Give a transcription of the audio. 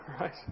right